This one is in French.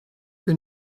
que